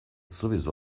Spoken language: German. sowieso